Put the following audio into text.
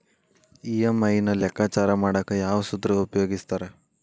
EMI ನ ಲೆಕ್ಕಾಚಾರ ಮಾಡಕ ಯಾವ್ ಸೂತ್ರ ಉಪಯೋಗಿಸ್ತಾರ